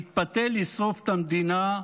יתפתה לשרוף את המדינה,